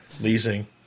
leasing